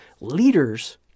Leaders